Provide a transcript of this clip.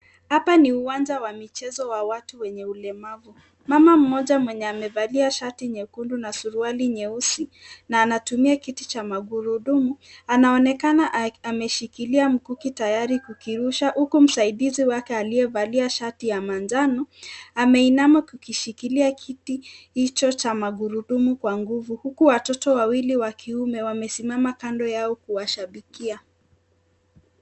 Hapa ni uwanja wa mchezo wa watu wenye ulemavu. Mama mmoja mwenye amevalia shati nyekundu na suruali nyeusi na anatumia kiti cha magurudumu, anaonekana ameshikilia mkuki tayari kukirusha, huku msaidizi wake aliyevalia shati ya manjano, ameinama kushikilia kiti hicho cha magurudumu kwa nguvu, huku watoto wawili wa kiume wamesimama kando yao kuwashabikia.